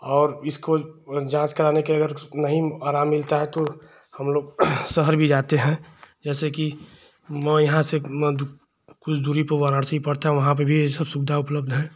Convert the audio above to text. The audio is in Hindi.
और इसको जाँच कराने के अगर नहीं आराम मिलता है तो हमलोग शहर भी जाते हैं जैसे कि यहाँ से कुछ दूरी पर वाराणसी पड़ता है वहाँ पर भी यह सब सुविधा उपलब्ध है